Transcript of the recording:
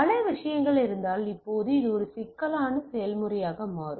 பல விஷயங்கள் இருந்தால் இப்போது இது ஒரு சிக்கலான செயல்முறையாக மாறும்